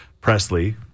Presley